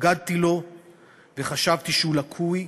התנגדתי לו וחשבתי שהוא לקוי.